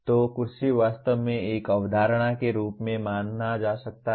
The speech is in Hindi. तो कुर्सी वास्तव में एक अवधारणा के रूप में माना जा सकता है